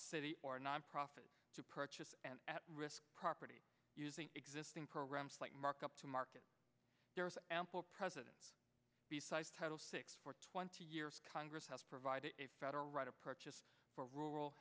city or nonprofit to purchase and at risk property using existing programs like mark up to market there is ample president besides title six for twenty years congress has provided a federal right a purchase for rural